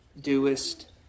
doest